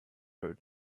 heard